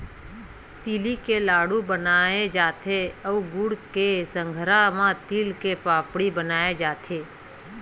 तिली के लाडू बनाय जाथे अउ गुड़ के संघरा म तिल के पापड़ी बनाए जाथे